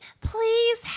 please